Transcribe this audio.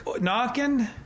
knocking